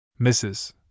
Mrs